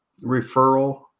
referral